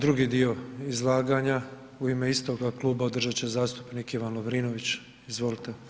Drugi dio izlaganja u ime istoga kluba, održat će zastupnik Ivan Lovrinović, izvolite.